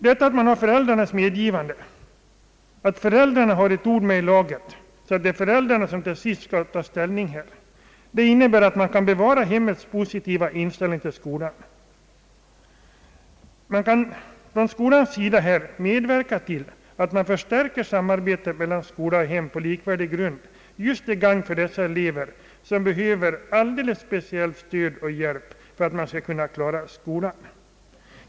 Det förhållandet att föräldrarna har ett ord med i laget och är den part som får ta slutlig ställning i frågan innebär att man kan bevara hemmets positiva inställning till skolan. Man kan från skolans sida därigenom medverka till att förstärka samarbetet mellan skola och hem på likvärdig grund till gagn för dessa elever som behöver ett alldeles speciellt stöd och en särskild hjälp för att kunna klara skolan.